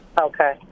Okay